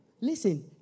Listen